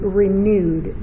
renewed